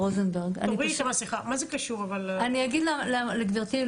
אני אגיד לגבירתי,